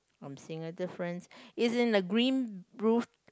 I'm seeing a difference it's in the green roof